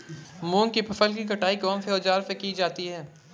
मूंग की फसल की कटाई कौनसे औज़ार से की जाती है?